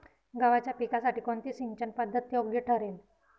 गव्हाच्या पिकासाठी कोणती सिंचन पद्धत योग्य ठरेल?